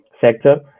sector